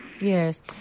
Yes